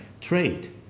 Trade